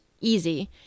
easy